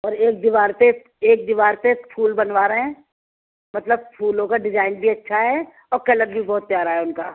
اور ایک دیوار پہ ایک دیوار پہ ایک پھول بنوا رہے ہیں مطلب پھولوں کا ڈیزائن بھی اچھا ہے اور کلر بھی بہت پیارا ہے ان کا